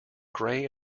grey